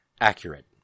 Accurate